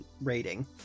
rating